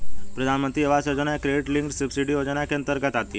प्रधानमंत्री आवास योजना एक क्रेडिट लिंक्ड सब्सिडी योजना के अंतर्गत आती है